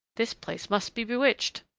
this place must be bewitched.